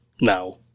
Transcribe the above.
now